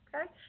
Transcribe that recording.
Okay